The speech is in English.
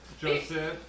Joseph